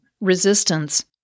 resistance